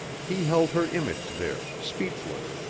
he held her image there, speechless,